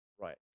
right